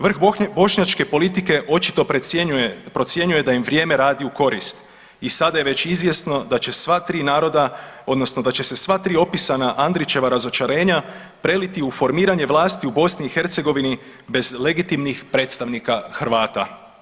Vrh bošnjačke politike očito procjenjuje da im vrijeme radi u korist i sada je već izvjesno da će sva tri naroda odnosno da će se sva tri opisana Andrićeva razočarenje preliti u formiranje vlasti u Bosni i Hercegovini bez legitimnih predstavnika Hrvata.